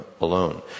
alone